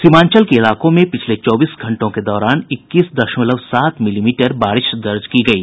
सीमांचल के इलाकों में पिछले चौबीस घंटे के दौरान इक्कीस दशमलव सात मिलीमीटर बारिश दर्ज की गयी